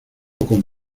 con